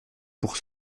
pour